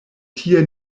tie